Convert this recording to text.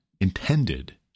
intended